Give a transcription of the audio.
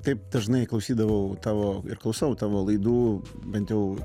taip dažnai klausydavau tavo ir klausau tavo laidų bent jau